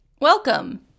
welcome